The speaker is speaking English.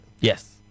Yes